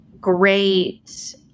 great